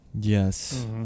Yes